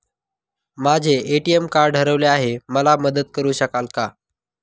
माझे ATM card हरवले आहे, मला मदत करु शकाल का?